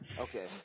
Okay